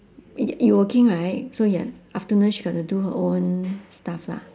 y~ you working right so ya afternoon she got to do her own stuff lah